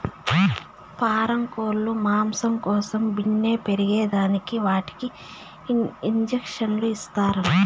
పారం కోల్లు మాంసం కోసం బిన్నే పెరగేదానికి వాటికి ఇండీసన్లు ఇస్తారంట